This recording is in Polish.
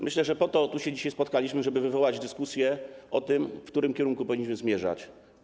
Myślę, że po to tu się dzisiaj spotkaliśmy, żeby wywołać dyskusję o tym, w którym kierunku powinniśmy zmierzać.